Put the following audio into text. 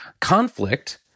conflict